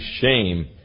shame